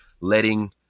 letting